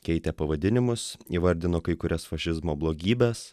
keitė pavadinimus įvardino kai kurias fašizmo blogybes